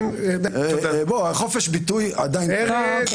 חופש ביטוי עדיין קיים.